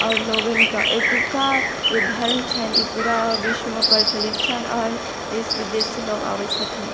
आओर लोगनिक एतुका जे धर्म छनि ई पूरा विश्वमे प्रचलित छनि आओर देश विदेशसँ लोग आबै छथिन